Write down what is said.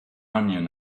onion